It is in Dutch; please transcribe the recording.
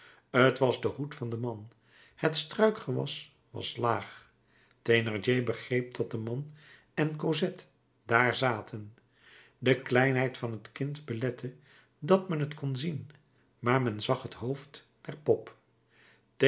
t was de hoed van den man het struikgewas was laag thénardier begreep dat de man en cosette dààr zaten de kleinheid van het kind belette dat men het kon zien maar men zag het hoofd der pop